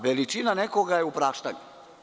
Veličina nekoga je u praštanju.